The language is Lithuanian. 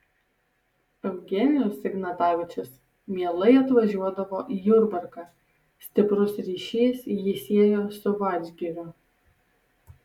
eugenijus ignatavičius mielai atvažiuodavo į jurbarką stiprus ryšys jį siejo su vadžgiriu